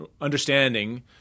understanding